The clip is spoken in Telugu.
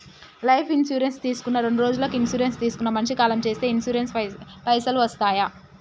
లైఫ్ ఇన్సూరెన్స్ తీసుకున్న రెండ్రోజులకి ఇన్సూరెన్స్ తీసుకున్న మనిషి కాలం చేస్తే ఇన్సూరెన్స్ పైసల్ వస్తయా?